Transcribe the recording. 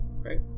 right